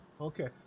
Okay